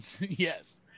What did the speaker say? Yes